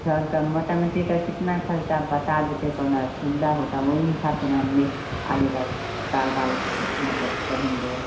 sir तब मोटा मोटी का कितना खर्च आप बता देते तो न उम्दा होता वही हिसाब से हम भी आगे का कारोबार मतलब कहेंगे